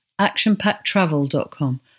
actionpacktravel.com